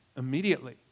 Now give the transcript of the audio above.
Immediately